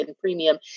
premium